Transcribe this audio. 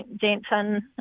Jensen